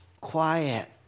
quiet